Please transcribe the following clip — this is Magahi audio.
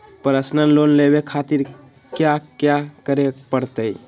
पर्सनल लोन लेवे खातिर कया क्या करे पड़तइ?